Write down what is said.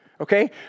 Okay